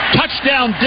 Touchdown